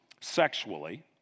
sexually